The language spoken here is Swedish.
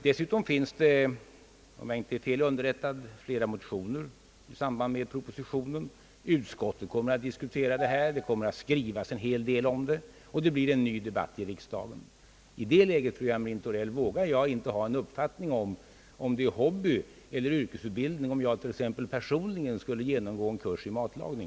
Dessutom finns det, om jag inte är fel underrättad, flera motioner i samband med propositionen. Utskottet kommer att diskutera detta. Det kommer att skrivas en hel del om det, och det blir en ny debatt i riksdagen. I det läget, fru Hamrin Thorell, vågar jag inte ha någon uppfattning om det är hobbyeller yrkesutbildning om jag t.ex. personligen skulle genomgå en kurs i matlagning.